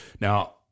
Now